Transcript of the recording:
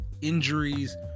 injuries